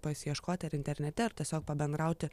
pasiieškoti ar internete ar tiesiog pabendrauti